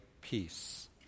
peace